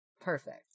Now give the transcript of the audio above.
Perfect